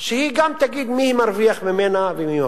שהיא גם תגיד מי מרוויח ממנה ומי מפסיד.